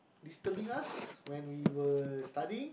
disturbing us when we were studying